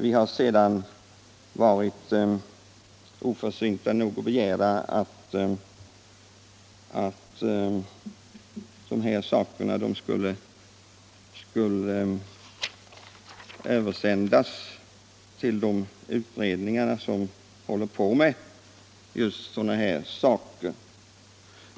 Vi har varit oförsynta nog att begära att motionen skulle överlämnas till de utredningar som ser över dessa frågekomplex.